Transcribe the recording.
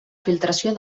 filtració